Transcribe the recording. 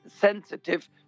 sensitive